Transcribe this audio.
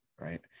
right